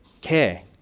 care